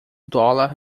dólar